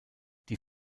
die